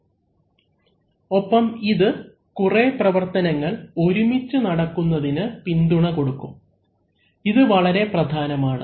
അവലംബിക്കുന്ന സ്ലൈഡ് സമയം 0329 ഒപ്പം ഇത് കുറേ പ്രവർത്തനങ്ങൾ ഒരുമിച്ച് നടക്കുന്നതിന് പിന്തുണ കൊടുക്കും ഇത് വളരെ പ്രധാനമാണ്